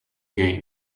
game